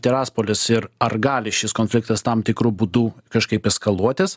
tiraspolis ir ar gali šis konfliktas tam tikru būdu kažkaip eskaluoti